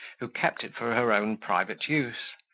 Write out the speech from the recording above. who kept it for her own private use,